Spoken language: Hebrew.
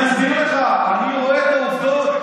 אני אסביר לך, אני רואה את העובדות.